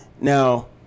Now